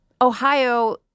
Ohio